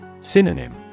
Synonym